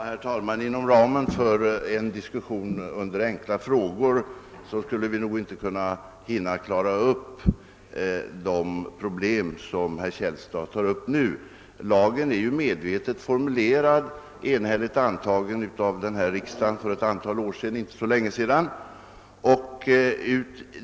Herr talman! Inom ramen för en diskussion under enkla frågor skulle vi nog inte kunna hinna klara upp de problem som herr Källstad nu tar upp. Lagen är medvetet formulerad och enhetligt antagen av denna riksdag för ett antal år sedan.